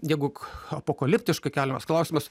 jeigu k apokaliptiškai keliamas klausimas